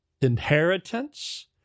inheritance